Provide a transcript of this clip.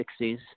60s